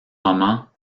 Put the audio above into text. moment